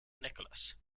nicholas